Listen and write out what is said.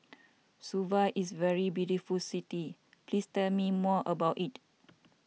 Suva is very beautiful city please tell me more about it